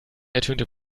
ertönte